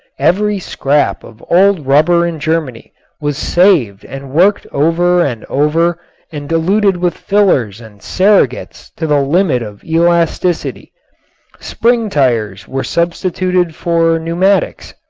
every scrap of old rubber in germany was saved and worked over and over and diluted with fillers and surrogates to the limit of elasticity. spring tires were substituted for pneumatics.